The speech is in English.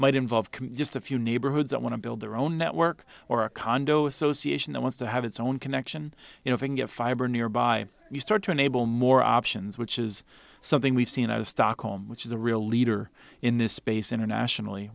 might involve just a few neighborhoods that want to build their own network or a condo association that wants to have its own connection you know and get fiber nearby you start to enable more options which is something we've seen out of stockholm which is a real leader in this space internationally